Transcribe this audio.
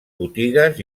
botigues